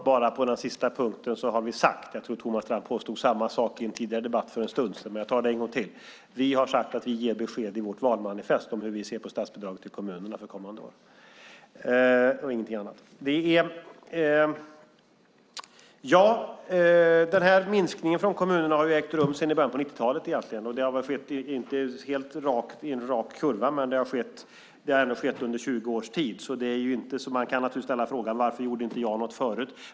Herr talman! När det gäller den sista punkten tror jag att Thomas Strand påstod samma sak i en tidigare debatt, för en stund sedan. Men jag tar det en gång till. Vi har sagt att vi ger besked i vårt valmanifest om hur vi ser på statsbidraget till kommunerna för kommande år. Den här minskningen från kommunerna har ägt rum sedan i början av 90-talet. Det har väl inte varit en helt jämn kurva, men det har ändå skett under 20 års tid. Man kan naturligtvis ställa frågan varför jag inte gjorde något förut.